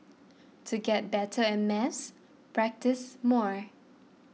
to get better at maths practise more